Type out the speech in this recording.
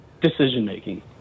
decision-making